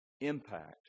impact